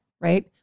right